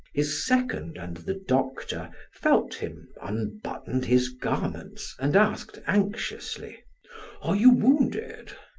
his second and the doctor felt him, unbuttoned his garments, and asked anxiously are you wounded?